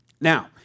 Now